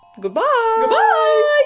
Goodbye